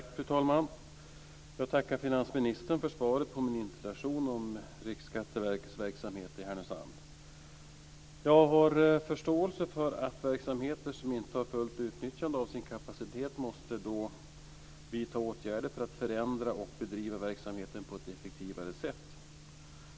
Fru talman! Jag tackar finansministern för svaret på min interpellation om Riksskatteverkets verksamhet i Härnösand. Jag har förståelse för att man inom verksamheter som inte har fullt utnyttjande av sin kapacitet måste vidta åtgärder för att förändra och bedriva verksamheten på ett effektivare sätt.